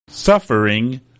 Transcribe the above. Suffering